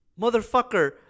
Motherfucker